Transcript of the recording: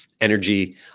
energy